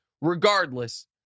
Regardless